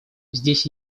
здесь